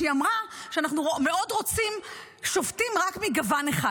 שהיא אמרה שאנחנו מאוד רוצים שופטים רק מגוון אחד.